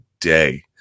day